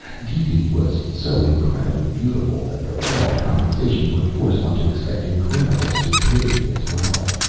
deedee was so incredibly beautiful that the law of compensation would force one to expect incredible stupidity as well.